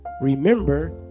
Remember